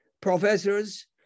professors